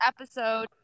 episode